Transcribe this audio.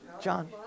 John